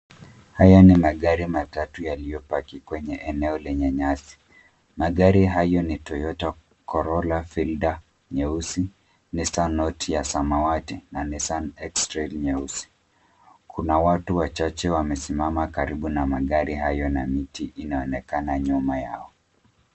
Haya ni magari matatu yaliopaki kwenye eneo lenye nyasi. Magari hayo ni Toyota Corolla, Fielder nyeusi, Nissan Note ya samawati na Nissan Xtrail nyeusi. Kuna watu wachache wamesimama karibu na magari hayo na miti inaonekana nyuma yao.